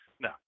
No